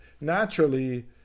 naturally